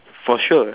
for sure